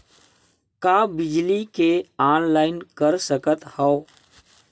का बिजली के ऑनलाइन कर सकत हव?